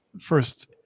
first